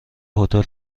هتل